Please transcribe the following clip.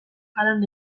palan